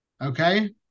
okay